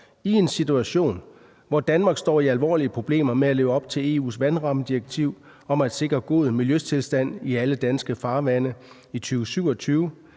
i en situation, hvor Danmark står i alvorlige problemer med at leve op til EU’s vandrammedirektiv om at sikre god miljøtilstand i alle danske farvande i 2027,